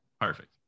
Perfect